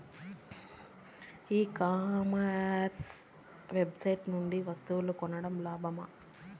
ఈ commerce website నుండి వస్తువులు కొనడం లాభమేనా?